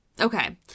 Okay